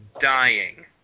dying